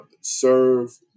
serve